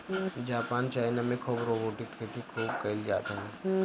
Japan China में robotic खेती खूब कईल जात हवे